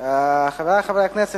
חבר הכנסת